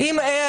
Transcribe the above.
אם יש